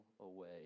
away